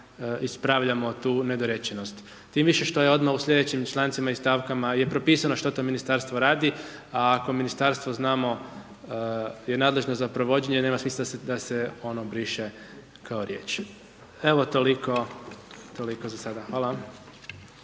ispravljamo tu nedorečenost, tim više što je odmah u slijedećim člancima i stavkama je propisano što to ministarstvo rada, a ako ministarstvo znamo je nadležno za provođenje nema smisla da se ono briše kao riječ. Evo toliko, toliko za sada. Hvala.